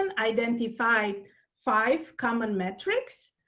um identified five common metrics